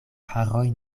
haroj